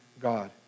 God